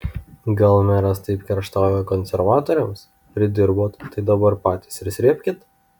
gal meras taip kerštauja konservatoriams pridirbot tai dabar patys ir srėbkit